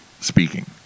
speaking